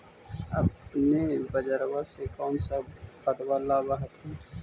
अपने बजरबा से कौन सा खदबा लाब होत्थिन?